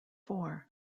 four